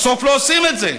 בסוף לא עושים את זה.